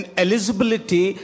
eligibility